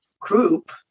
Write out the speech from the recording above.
group